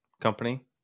company